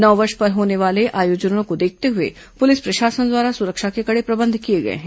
नववर्ष पर होने वाले आयोजनों को देखते हुए पुलिस प्रशासन द्वारा सुरक्षा के कड़े प्रबंध किए गए हैं